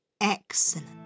Excellent